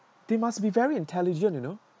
they must be very intelligent you know